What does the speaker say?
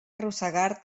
arrossegar